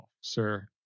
sir